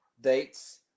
dates